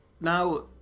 now